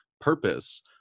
purpose